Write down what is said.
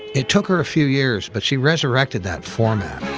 it took her a few years, but she resurrected that format.